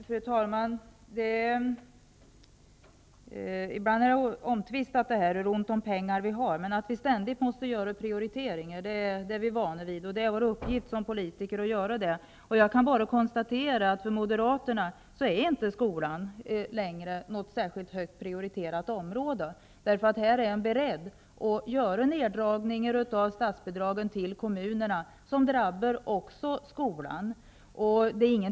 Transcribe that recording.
Fru talman! Ibland är det omtvistat hur ont om pengar vi har, men att vi ständigt måste göra prioriteringr är vi vana vid. Det är vår uppgift som politiker att göra det. Jag kan bara konstatera att för Moderaterna är inte skolan längre något särskilt högt prioriterat område. Här är man beredd att göra neddragningar av statsbidragen till kommunerna som drabbar också skolan.